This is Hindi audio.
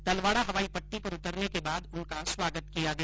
तलवाडा हवाई पटटी पर उतरने के बाद उनका स्वागत किया गया